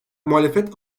muhalefet